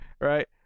right